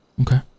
Okay